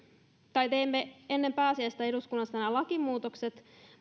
teimme ennen pääsiäistä eduskunnassa nämä lakimuutokset